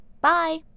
Bye